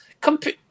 compare